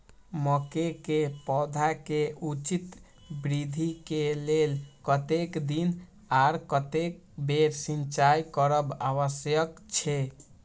मके के पौधा के उचित वृद्धि के लेल कतेक दिन आर कतेक बेर सिंचाई करब आवश्यक छे?